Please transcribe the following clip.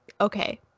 okay